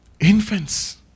Infants